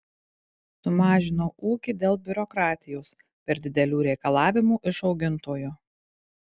sumažinau ūkį dėl biurokratijos per didelių reikalavimų iš augintojo